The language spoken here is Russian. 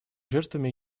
жертвами